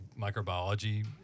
microbiology